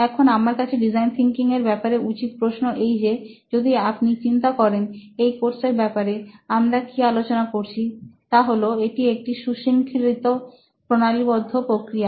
এখন আমার কাছে ডিজাইন থিঙ্কিং এর ব্যপারে উচিত প্রশ্ন এই যে যদি আপনি চিন্তা করেন এই কোর্সের ব্যাপারে আমরা কি আলোচনা করেছি তা হল এটি একটি সুশৃঙ্খলিত প্রণালীবদ্ধ প্রক্রিয়া